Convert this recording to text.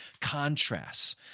contrasts